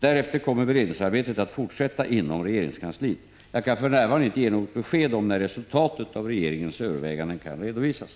Därefter kommer beredningsarbetet att fortsätta inom regeringskansliet. Jag kan för närvarande inte ge något besked om när resultatet av regeringens överväganden kan redovisas.